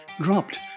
dropped